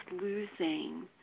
losing